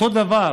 אותו דבר,